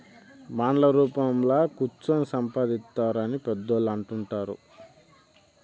బాండ్ల యాపారంలో కుచ్చోని సంపాదిత్తారు అని పెద్దోళ్ళు అంటుంటారు